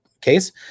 case